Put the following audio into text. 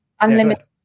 Unlimited